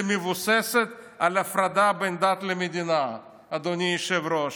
שמבוססת על הפרדה בין דת למדינה, אדוני היושב-ראש,